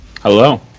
Hello